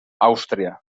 àustria